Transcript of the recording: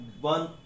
one